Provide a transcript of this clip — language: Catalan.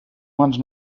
mans